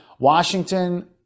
Washington